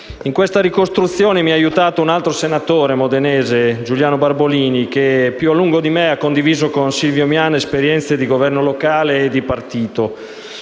In questa ricostruzione mi ha aiutato un altro senatore modenese, Giuliano Barbolini, che più a lungo di me ha condiviso con Silvio Miana esperienze di governo locale e di partito.